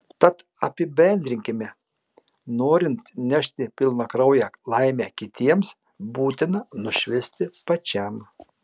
tad apibendrinkime norint nešti pilnakrauję laimę kitiems būtina nušvisti pačiam